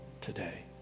today